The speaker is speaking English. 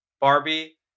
Barbie